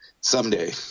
someday